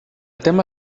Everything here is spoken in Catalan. tema